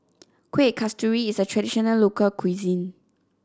Kuih Kasturi is a traditional local cuisine